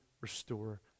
restore